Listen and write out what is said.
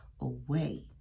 away